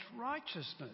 righteousness